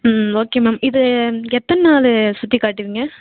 okay ma'am இது எத்தனை நாள் சுற்றி காட்டுவீங்க